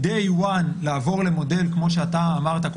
ביום אחד לעבור למודל כמו שאתה אמרת,